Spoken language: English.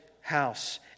house